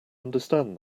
understand